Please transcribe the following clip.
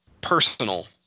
personal